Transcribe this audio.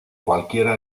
cualquiera